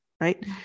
right